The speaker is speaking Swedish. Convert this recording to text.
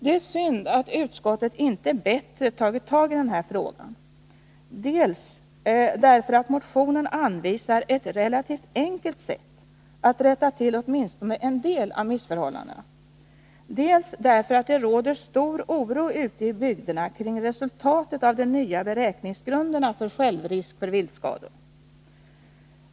Det är synd att utskottet inte bättre tagit tag i den här frågan, dels därför att motionen anvisar ett relativt enkelt sätt att rätta till åtminstone en del av missförhållandena, dels därför att det råder stor oro ute i bygderna kring resultatet av de nya beräkningsgrunderna för självrisk vid viltskador.